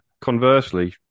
Conversely